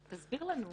תסביר לנו.